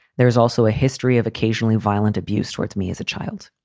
there is also a history of occasionally violent abuse towards me as a child.